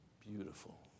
Beautiful